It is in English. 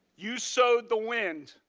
you sowed the wind